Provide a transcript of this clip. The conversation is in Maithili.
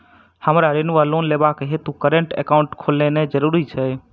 हमरा ऋण वा लोन लेबाक हेतु करेन्ट एकाउंट खोलेनैय जरूरी छै?